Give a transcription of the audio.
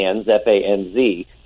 F-A-N-Z